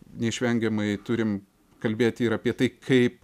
neišvengiamai turim kalbėti ir apie tai kaip